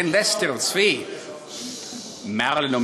בן לסטר-צבי ומרים-מרילין,